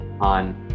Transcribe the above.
on